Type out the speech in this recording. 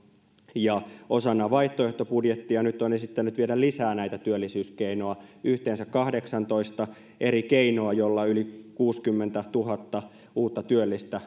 ja osana vaihtoehtobudjettia on nyt esittänyt vielä lisää näitä työllisyyskeinoja yhteensä kahdeksantoista eri keinoa joilla saataisiin suomeen yli kuusikymmentätuhatta uutta työllistä